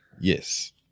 Yes